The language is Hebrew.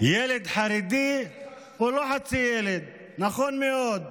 ילד חרדי הוא לא חצי ילד, נכון מאוד.